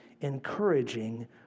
encouraging